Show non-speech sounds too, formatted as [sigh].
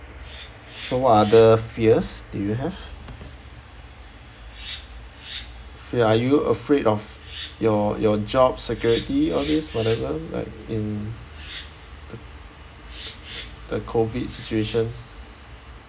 [noise] so what other fears do you have [noise] so are you afraid of your your job security [noise] all this whatever like in the the COVID situation